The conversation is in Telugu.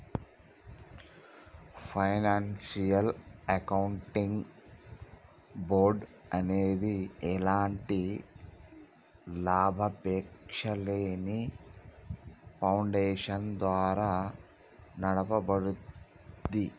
ఫైనాన్షియల్ అకౌంటింగ్ బోర్డ్ అనేది ఎలాంటి లాభాపేక్షలేని ఫౌండేషన్ ద్వారా నడపబడుద్ది